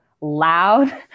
loud